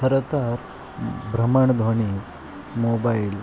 खरं तर भ्रमणध्वणी मोबाईल